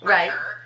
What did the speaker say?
Right